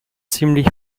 ziemlich